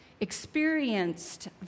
experienced